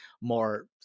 more